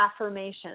affirmations